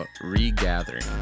regathering